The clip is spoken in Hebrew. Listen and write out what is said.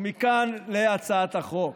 ומכאן להצעת החוק.